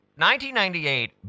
1998